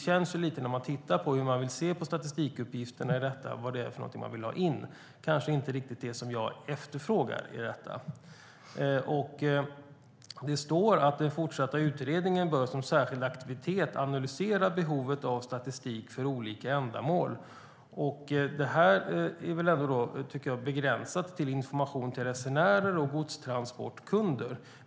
Jag har tittat på hur man vill se på statistikuppgifterna och vad det är man vill ha in, men det kanske inte är riktigt det som jag efterfrågar. Det står att den fortsatta utredningen bör som särskild aktivitet analysera behovet av statistik för olika ändamål. Det är väl ändå begränsat till information till resenärer och godstransportkunder.